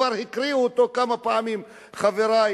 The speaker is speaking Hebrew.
כבר הקריאו אותו כמה פעמים חברי,